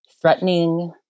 threatening